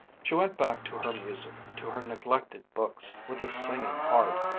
she went back to her music, to her neglected books, with a singing heart.